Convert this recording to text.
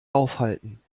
aufhalten